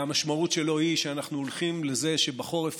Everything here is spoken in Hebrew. והמשמעות שלו היא שאנחנו הולכים לזה שבחורף